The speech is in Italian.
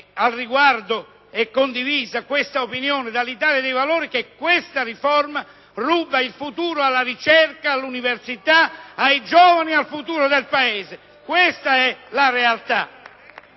al riguardo l'opinione è condivisa dall'Italia dei Valori - che questa riforma ruba il futuro alla ricerca, all'università, ai giovani e al Paese! Questa è la realtà.